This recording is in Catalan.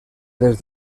des